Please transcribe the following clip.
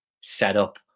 setup